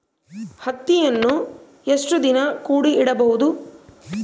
ಹತ್ತಿಯನ್ನು ಎಷ್ಟು ದಿನ ಕೂಡಿ ಇಡಬಹುದು?